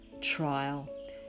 trial